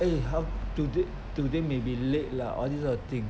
eh how today today may be late ah all these kind of thing